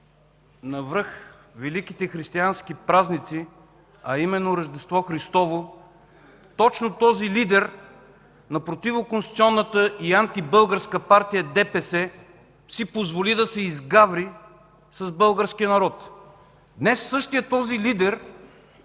навръх великите християнски празници, а именно Рождество Христово, точно този лидер на противоконституционната и антибългарска партия ДПС си позволи да се изгаври с българския народ. Днес същият този лидер се